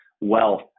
Wealth